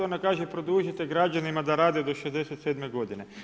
Ona kaže produžite građanima da rade do 67. godine.